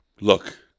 look